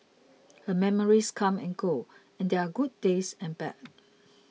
her memories come and go and there are good days and bad